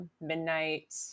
Midnight